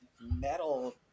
metal